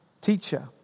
teacher